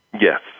Yes